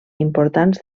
importants